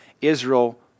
Israel